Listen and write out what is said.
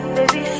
Baby